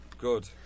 Good